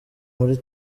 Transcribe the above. muri